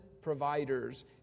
providers